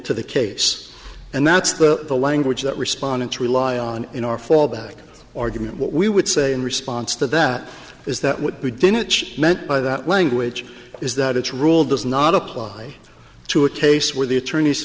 to the case and that's the language that respondents rely on in our fallback argument what we would say in response to that is that what boudinot ch meant by that language is that its role does not apply to a case where the attorney